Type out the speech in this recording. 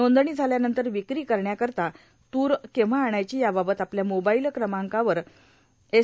नोंदणी झाल्यानंतर विक्री करण्याकरीता तूर केव्हा आणायची या बाबत आपल्या मोबाईल क्रमांकावर एस